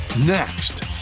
next